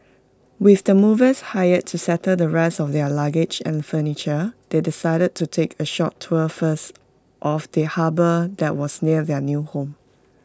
with the movers hired to settle the rest of their luggage and furniture they decided to take A short tour first of the harbour that was near their new home